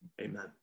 Amen